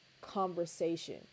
conversation